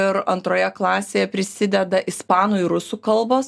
ir antroje klasėje prisideda ispanų ir rusų kalbos